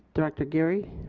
director geary.